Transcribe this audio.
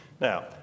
Now